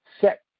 set